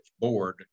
board